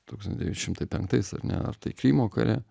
tūkstantis devyni šimtai penktais ar ne ar tai krymo kare